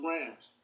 Rams